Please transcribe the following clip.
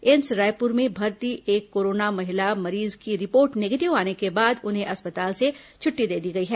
AIIMS Raipur में भर्ती एक कोरोना महिला मरीज की रिपोर्ट निगेटिव आने के बाद उन्हें अस्पताल से छुट्टी दे दी गई है